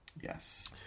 Yes